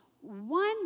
one